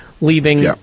leaving